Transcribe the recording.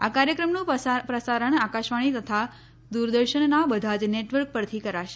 આ કાર્યક્રમનું પ્રસારણ આકાશવાણી તથા દૂરદર્શનના બધા જ નેટવર્ક પરથી કરશે